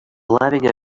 living